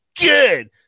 good